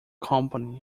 company